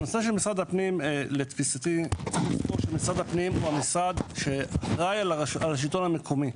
צריך לזכור שמשרד הפנים הוא המשרד שאחראי על השלטון המקומי.